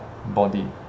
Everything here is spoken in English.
Body